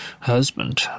husband